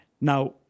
Now